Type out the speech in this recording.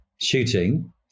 shooting